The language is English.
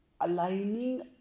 aligning